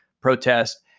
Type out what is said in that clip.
protest